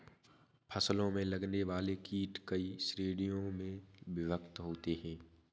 फसलों में लगने वाले कीट कई श्रेणियों में विभक्त होते हैं